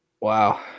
Wow